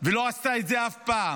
ולא עשתה את זה אף פעם,